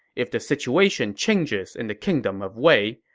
if the situation changes in the kingdom of wei,